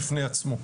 בפני עצמו.